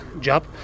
job